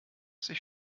sich